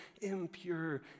impure